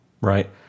right